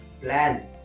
plan